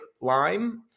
lime